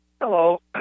hello